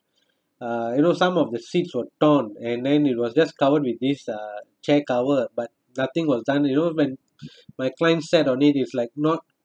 uh you know some of the seats were torn and then it was just covered with this uh chair cover but nothing was done you know when my client sat on it is like not